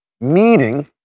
meeting